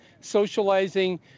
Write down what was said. socializing